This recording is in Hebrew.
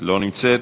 לא נמצאת,